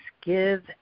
give